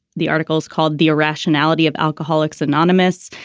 the article is called the irrationality of alcoholics anonymous.